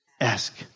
ask